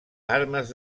armes